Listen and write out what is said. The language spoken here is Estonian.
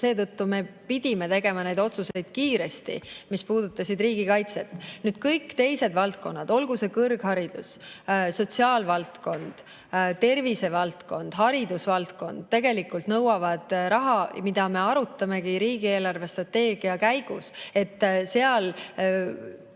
seetõttu me pidime tegema need otsused, mis puudutasid riigikaitset, kiiresti. Nüüd, kõik teised valdkonnad – olgu see kõrgharidus, sotsiaalvaldkond, tervisevaldkond, haridusvaldkond – tegelikult nõuavad raha, mida me arutamegi riigi eelarvestrateegia käigus. Seal